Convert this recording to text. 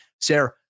Sarah